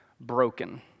broken